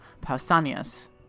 Pausanias